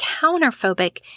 counterphobic